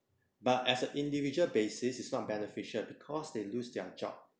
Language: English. but as an individual basis it's not beneficial because they lose their job